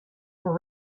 were